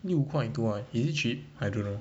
六块多 ah is it cheap I don't know